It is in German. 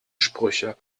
sprüche